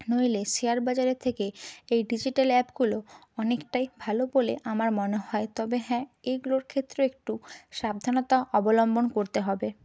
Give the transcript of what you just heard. নইলে শেয়ার বাজারের থেকে এই ডিজিটাল অ্যাপগুলো অনেকটাই ভালো বলে আমার মনে হয় তবে হ্যাঁ এইগুলোর ক্ষেত্রে একটু সাবধানতা অবলম্বন করতে হবে